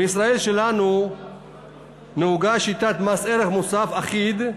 בישראל שלנו נהוגה שיטת מס ערך מוסף אחיד,